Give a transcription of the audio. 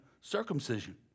circumcision